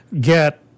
get